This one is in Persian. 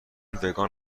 وگان